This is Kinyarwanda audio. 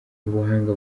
ubuhanga